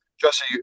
jesse